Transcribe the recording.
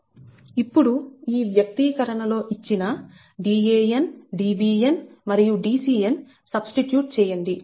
ఇప్పుడుఈ వ్యక్తీకరణ లో ఇచ్చిన Dan Dbn మరియు Dcn సబ్స్టిట్యూట్ చేయండి